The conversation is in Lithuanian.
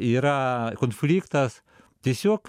yra konfliktas tiesiog